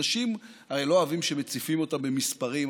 אנשים הרי לא אוהבים שמציפים אותם במספרים,